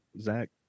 Zach